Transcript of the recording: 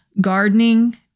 gardening